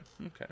okay